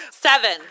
Seven